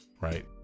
right